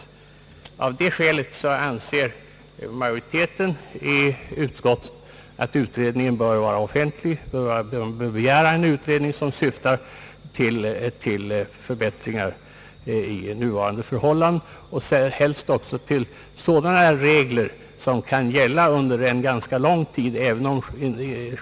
Och av det skälet anser majoriteten i utskottet att man bör begära en sådan utredning som syftar till förbättringar i nuvarande förhållanden och helst också till sådana regler som kan gälla under ganska lång tid fram över.